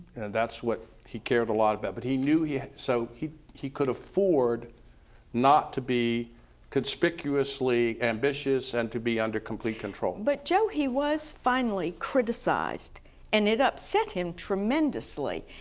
and that's what he cared a lot about. but he knew, so he he could afford not to be conspicuously ambitious and to be under complete control. but joe, he was finally criticized and it upset him tremendously.